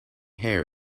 hair